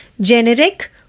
generic